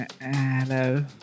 Hello